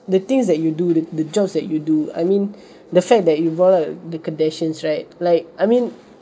the things that you do the the job that you do I mean the fact that brought up the kardashians right like I mean